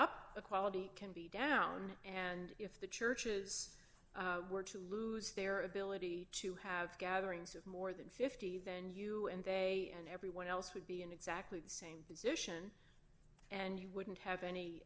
the quality can be down and if the churches were to lose their ability to have gatherings of more than fifty then you and they and everyone else would be in exactly the same position and you wouldn't have any